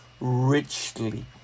richly